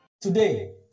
Today